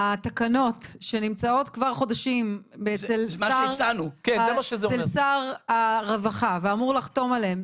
התקנות שנמצאות כבר חודשים אצל שר הרווחה ואמור לחתום עליהם,